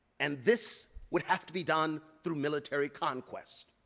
and this would have to be done through military conquest.